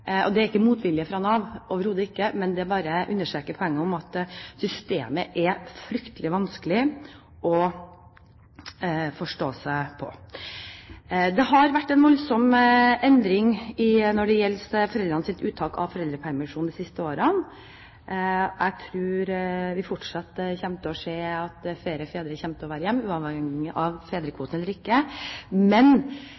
svare. Det er ikke motvilje fra Navs side – overhodet ikke – men det understreker poenget, at systemet er fryktelig vanskelig å forstå. Det har vært en voldsom endring når det gjelder foreldrenes uttak av foreldrepermisjon de siste årene. Jeg tror vi fortsatt vil se at flere fedre kommer til å være hjemme, uavhengig av